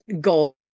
goal